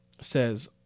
says